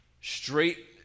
straight